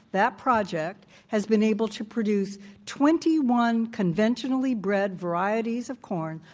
that project has been able to produce twenty one conventionally bred varieties of corn,